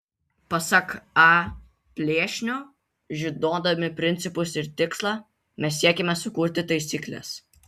pasak a plėšnio žinodami principus ir tikslą mes siekiame sukurti taisykles